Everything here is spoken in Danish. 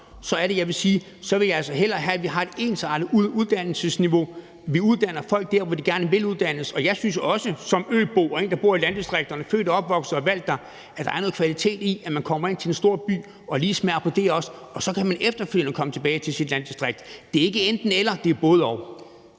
jeg altså hellere vil have, at vi har et ensartet uddannelsesniveau og uddanner folk der, hvor de gerne vil uddannes. Og jeg synes jo også som øbo, der bor i landdistrikterne – født, opvokset og valgt der – at der er noget kvalitet i, at man kommer ind til en stor by og også lige smager på det, og så kan man efterfølgende komme tilbage til sit landdistrikt. Det er ikke enten-eller; det er både-og.